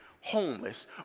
homeless